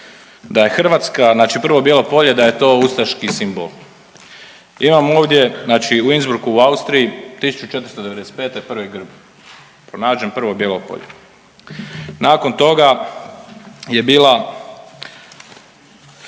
da je Hrvatska znači prvo bijelo polje da je to ustaški simbol. Imam ovdje znači u Innsbrucku u Austriji 1495. prvi grb pronađen prvo bijelo polje. Nakon toga je bila,